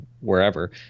wherever